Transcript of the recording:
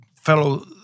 fellow